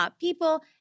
people